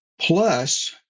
plus